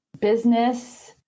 business